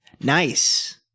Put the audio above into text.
Nice